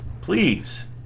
please